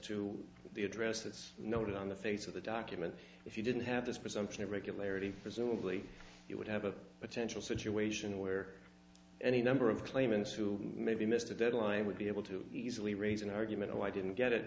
to the address that's noted on the face of the document if you didn't have this presumption of regularity presumably it would have a potential situation where any number of claimants who maybe missed a deadline would be able to easily raise an argument oh i didn't get it